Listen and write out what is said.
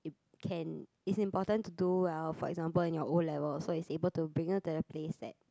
can it's important to do well for example in your O-level so it's able to bring you to a place that